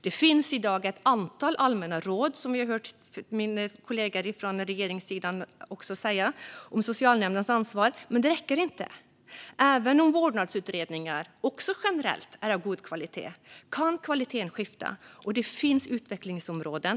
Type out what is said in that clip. Det finns i dag ett antal allmänna råd, som vi också har hört min kollega från regeringssidan säga, om socialnämndens ansvar. Men det räcker inte. Även om vårdnadsutredningar generellt är av god kvalitet kan kvaliteten skifta, och det finns utvecklingsområden.